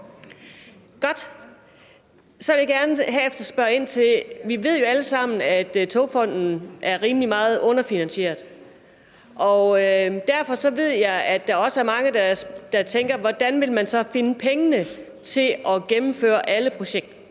Vi ved jo alle sammen, at Togfonden DK er rimelig meget underfinansieret. Derfor ved jeg, at der også er mange, der tænker: Hvordan vil man så vil finde pengene til at gennemføre alle projekterne